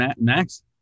Max